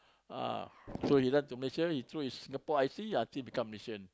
ah so you have to make sure he throw his Singapore I_C until become Malaysian